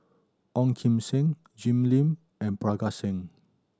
Ong Kim Seng Jim Lim and Parga Singh